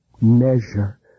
measure